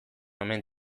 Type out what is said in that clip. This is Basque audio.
omen